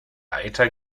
eiter